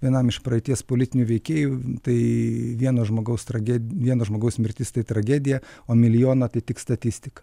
vienam iš praeities politinių veikėjų tai vieno žmogaus traged vieno žmogaus mirtis tai tragedija o milijoną tai tik statistika